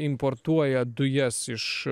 importuoja dujas iš